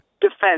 defense